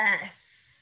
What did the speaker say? Yes